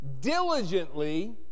Diligently